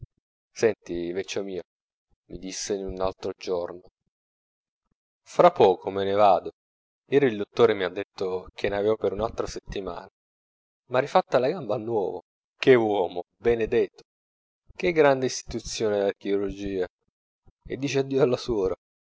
senti vecio mio mi disse in un altro giorno fra poco me ne vado ieri il dottore mi ha detto che ne avevo per un'altra settimana m'ha rifatta la gamba a nuovo che uomo benedeto che grande instituzione la chirurgia e dici addio alla suora